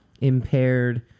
impaired